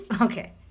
Okay